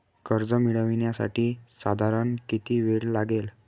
कर्ज मिळविण्यासाठी साधारण किती वेळ लागेल?